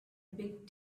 big